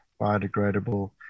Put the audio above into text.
biodegradable